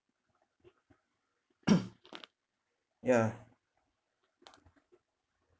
ya